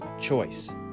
choice